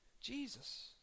Jesus